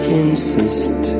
insist